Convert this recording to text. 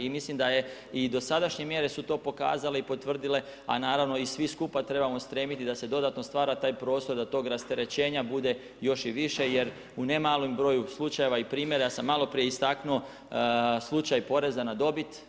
I mislim da je i dosadašnje mjere da su to pokazale i potvrdile a naravno svi skupa trebamo stremiti da se dodatno stvara taj prostor da tog rasterećenja bude što više jer u nemalom broju slučajeva i primjera sam maloprije istaknuo slučaj poreza na dobit.